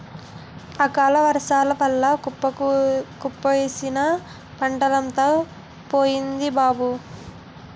అకాలవర్సాల వల్ల కుప్పలేసిన పంటంతా పోయింది బాబూ